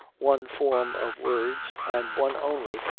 one form of words, and one only,